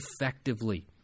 effectively